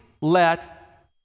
let